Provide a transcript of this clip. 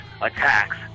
Attacks